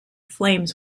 flames